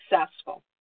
successful